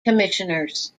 commissioners